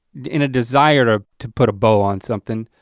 in a desire to to put a bow on something